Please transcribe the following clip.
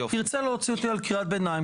תרצה להוציא אותי על קריאת ביניים,